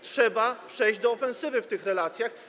Trzeba przejść do ofensywy w tych relacjach.